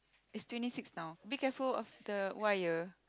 it's twenty six now be careful of the wire